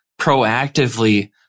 proactively